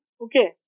okay